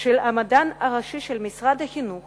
של המדען הראשי של משרד החינוך